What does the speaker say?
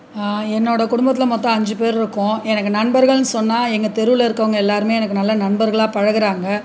என்னோடய குடும்பத்தில் மொத்தம் அஞ்சு பேர் இருக்கோம் எனக்கு நண்பர்கள்னு சொன்னால் எங்கள் தெருவில் இருக்கவங்க எல்லோருமே எனக்கு நல்லா நண்பர்களாக பழகிறாங்க